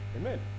Amen